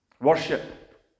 Worship